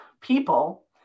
people